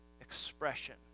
expression